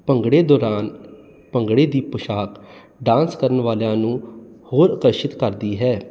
ਭੰਗੜੇ ਦੌਰਾਨ ਭੰਗੜੇ ਦੀ ਪੋਸ਼ਾਕ ਡਾਂਸ ਕਰਨ ਵਾਲਿਆਂ ਨੂੰ ਹੋਰ ਅਕਰਸ਼ਿਤ ਕਰਦੀ ਹੈ